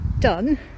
done